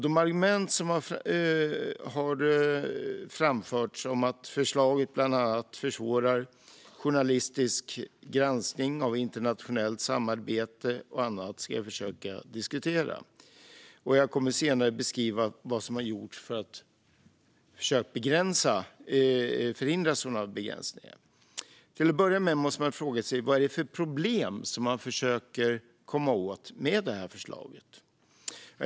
De argument som har framförts om att förslaget bland annat försvårar journalistisk granskning av internationellt samarbete och annat ska jag försöka att diskutera. Jag kommer senare att beskriva vad som har gjorts för att försöka förhindra sådana begränsningar. Till att börja måste man fråga sig vad det är för problem som man försöker komma åt med förslaget.